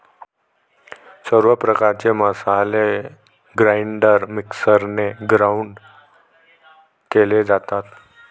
सर्व प्रकारचे मसाले ग्राइंडर मिक्सरने ग्राउंड केले जातात